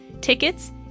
tickets